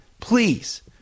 please